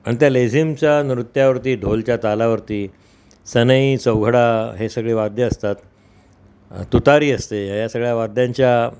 आणि त्या लेझिमच्या नृत्यावरती ढोलच्या तालावरती सनईचौघडा हे सगळे वाद्यं असतात तुतारी असते या सगळ्या वाद्यांच्या